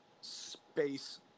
space